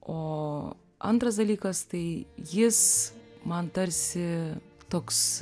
o antras dalykas tai jis man tarsi toks